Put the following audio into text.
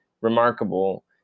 remarkable